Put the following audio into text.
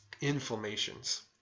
inflammations